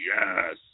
yes